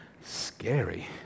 scary